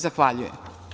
Zahvaljujem.